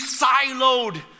siloed